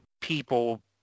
people